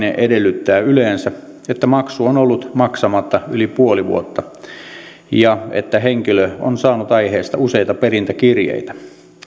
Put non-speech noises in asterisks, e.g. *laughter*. *unintelligible* edellyttää yleensä että maksu on ollut maksamatta yli puoli vuotta ja että henkilö on saanut aiheesta useita perintäkirjeitä